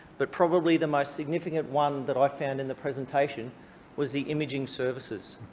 but probably the most significant one that i found in the presentation was the imaging services.